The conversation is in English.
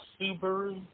Subaru